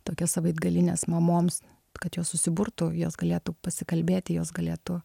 tokias savaitgalines mamoms kad jos susiburtų jos galėtų pasikalbėti jos galėtų